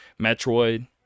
Metroid